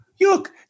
look